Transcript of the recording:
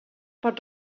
pot